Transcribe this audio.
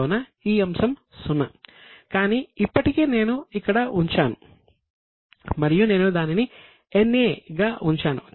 కావున ఈ అంశం 000 కానీ ఇప్పటికీ నేను ఇక్కడ ఉంచాను మరియు నేను దానిని NA గా ఉంచాను